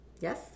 Yes